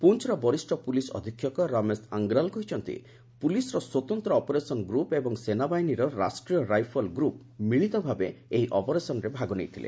ପୁଞ୍ଚ୍ର ବରିଷ୍ଣ ପୁଲିସ୍ ଅଧିକ୍ଷକ ରମେଶ ଆଙ୍ଗ୍ରାଲ୍ କହିଛନ୍ତି ପୁଲିସ୍ର ସ୍ୱତନ୍ତ୍ର ଅପରେସନ ଗ୍ରୁପ୍ ଏବଂ ସେନାବାହିନୀର ରାଷ୍ଟ୍ରୀୟ ରାଇଫଲ ଗ୍ରୁପ୍ ମିଳିତ ଭାବେ ଏହି ଅପରେସନରେ ଭାଗ ନେଇଥିଲେ